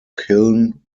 kiln